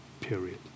period